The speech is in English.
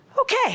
Okay